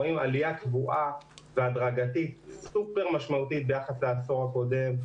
רואים עלייה קבועה והדרגתית סופר משמעותית ביחס לעשור הקודם,